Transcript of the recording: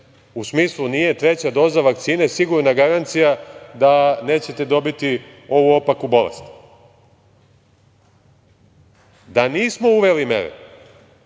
u smislu nije treća doza vakcine sigurna garancija da nećete dobiti ovu opaku bolest. Da nismo uveli mere,